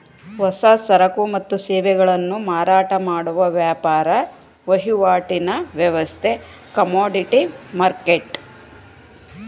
ಹೊಸ ಸರಕು ಮತ್ತು ಸೇವೆಗಳನ್ನು ಮಾರಾಟ ಮಾಡುವ ವ್ಯಾಪಾರ ವಹಿವಾಟಿನ ವ್ಯವಸ್ಥೆ ಕಮೋಡಿಟಿ ಮರ್ಕೆಟ್